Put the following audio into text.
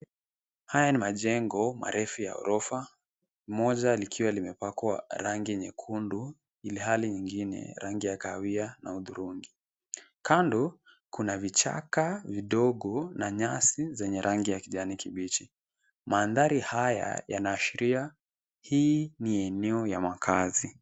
Haya ni majengo marefu ya ghorofa moja likiwa limepakwa rangi nyekundu ilhali nyingine rangi ya kahawia au hudhurungi. Kando kuna vichaka vidogo na nyasi zenye rangi ya kijani kibichi. Mandhari haya yanaashiria hii ni eneo ya makaazi.